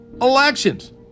elections